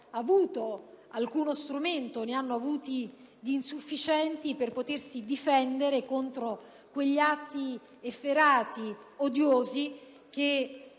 avuto alcuno strumento, o ne hanno avuti di insufficienti, per potersi difendere contro quegli atti efferati ed odiosi che